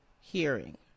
Hearing